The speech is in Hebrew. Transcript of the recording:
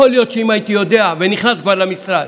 יכול להיות שאם הייתי יודע ונכנס כבר למשרד,